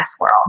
world